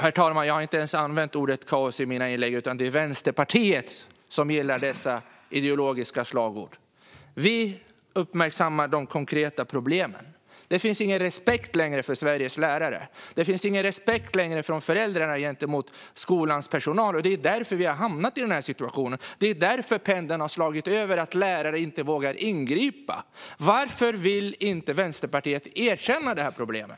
Herr talman! Jag har inte ans använt ordet kaos i mina inlägg, utan det är Vänsterpartiet som gillar sådana ideologiska slagord. Vi uppmärksammar de konkreta problemen. Det finns ingen respekt längre för Sveriges lärare. Det finns ingen respekt längre från föräldrarna gentemot skolans personal. Det är därför vi har hamnat i den här situationen, och det är därför pendeln har slagit över och lärare inte vågar ingripa. Varför vill inte Vänsterpartiet erkänna det här problemet?